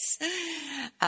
Yes